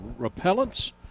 repellents